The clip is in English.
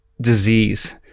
disease